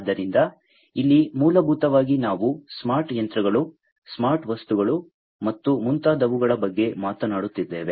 ಆದ್ದರಿಂದ ಇಲ್ಲಿ ಮೂಲಭೂತವಾಗಿ ನಾವು ಸ್ಮಾರ್ಟ್ ಯಂತ್ರಗಳು ಸ್ಮಾರ್ಟ್ ವಸ್ತುಗಳು ಮತ್ತು ಮುಂತಾದವುಗಳ ಬಗ್ಗೆ ಮಾತನಾಡುತ್ತಿದ್ದೇವೆ